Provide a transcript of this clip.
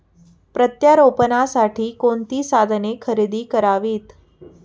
प्रत्यारोपणासाठी कोणती साधने खरेदी करावीत?